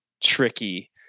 tricky